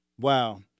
Wow